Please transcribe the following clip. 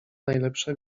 najlepsze